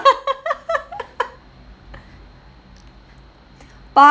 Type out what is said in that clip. but